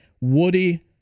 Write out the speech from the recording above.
Woody